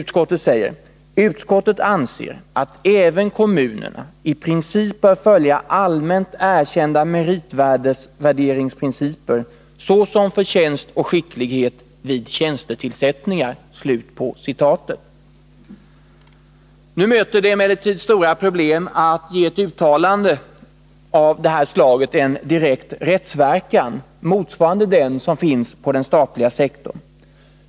Där sägs: ”Utskottet anser att även kommunerna i princip bör följa allmänt erkända meritvärderingsprinciper såsom förtjänst och skicklighet vid tjänstetillsättningar.” Nu möter det emellertid stora problem att ge ett uttalande av detta slag en direkt rättsverkan motsvarande den som finns på den statliga sektorn.